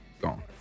Gone